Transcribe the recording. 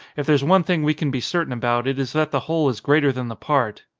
if there's one thing we can be certain about it is that the whole is greater than the part.